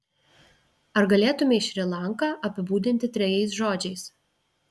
ar galėtumei šri lanką apibūdinti trejais žodžiais